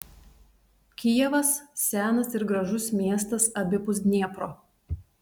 kijevas senas ir gražus miestas abipus dniepro